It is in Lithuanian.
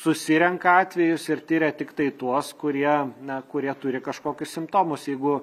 susirenka atvejus ir tiria tiktai tuos kurie na kurie turi kažkokius simptomus jeigu